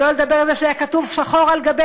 שלא לדבר על זה שהיה כתוב שחור על גבי